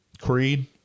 creed